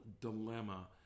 dilemma